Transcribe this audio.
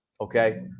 okay